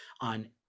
on